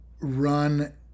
run